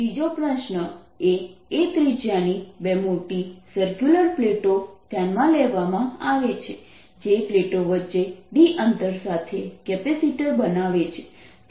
ત્રીજો પ્રશ્ન એ A ત્રિજ્યાની બે મોટી સર્ક્યુલર પ્લેટો ધ્યાનમાં લેવામાં આવે છે જે પ્લેટો વચ્ચે d અંતર સાથે કેપેસિટર બનાવે છે